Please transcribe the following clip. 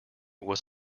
was